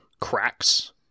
cracks